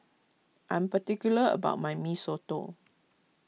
I am particular about my Mee Soto